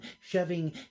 shoving